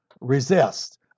resist